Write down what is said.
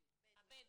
הבדואית,